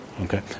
Okay